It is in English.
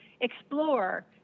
explore